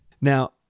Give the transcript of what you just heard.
Now